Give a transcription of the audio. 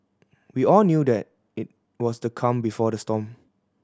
we all knew that it was the calm before the storm